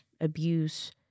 abuse